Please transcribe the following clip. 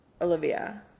Olivia